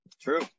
True